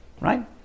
right